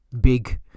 big